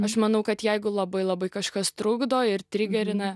aš manau kad jeigu labai labai kažkas trukdo ir trigerina